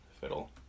Fiddle